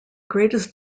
greatest